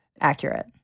accurate